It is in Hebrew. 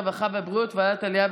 הרווחה והבריאות וועדת העלייה,